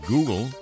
Google